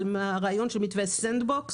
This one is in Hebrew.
על הרעיון של מתווה סנדבוקס,